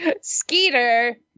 Skeeter